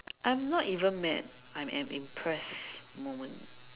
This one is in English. I'm not even mad I am impressed moment